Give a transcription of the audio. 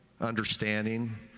understanding